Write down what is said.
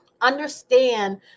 Understand